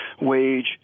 wage